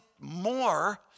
more